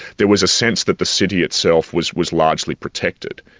there was a sense that the city itself was was largely protected.